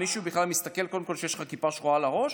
מישהו בכלל מסתכל קודם כל שיש לך כיפה שחורה על הראש?